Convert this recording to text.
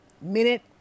minute